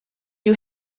you